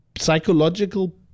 psychological